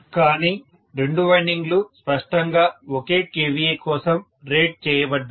కానీ రెండు వైండింగ్లు స్పష్టంగా ఒకే kVA కోసం రేట్ చేయబడ్డాయి